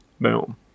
boom